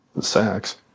sex